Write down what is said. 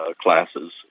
classes